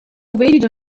بارد